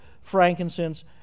frankincense